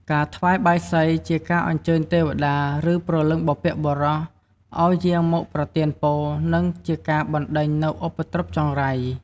ការថ្វាយបាយសីជាការអញ្ជើញទេវតា ឬព្រលឹងបុព្វបុរសឱ្យយាងមកប្រទានពរ និងជាការបណ្ដេញនូវឧបទ្រពចង្រៃ។